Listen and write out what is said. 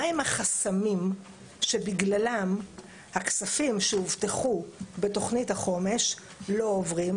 מה הם החסמים שבגללם הכספים שהובטחו בתכנית החומש לא עוברים,